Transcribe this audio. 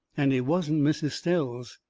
and it wasn't miss estelle's.